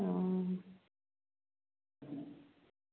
आं